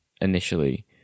initially